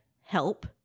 help